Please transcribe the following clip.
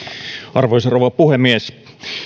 arvoisa rouva puhemies